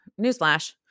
newsflash